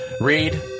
Read